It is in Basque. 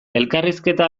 elkarrizketa